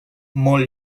molt